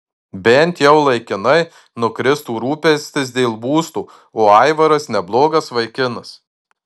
bent jau laikinai nukristų rūpestis dėl būsto o aivaras neblogas vaikinas